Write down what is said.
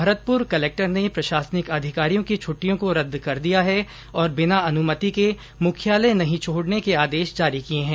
Bharatpur collector ने प्रशासनिक अधिकारियों की छुट्टियों को रद्द कर दिया है और बिना अनुमति के मुख्यालय नहीं छोड़ने के आदेश जारी किए हैं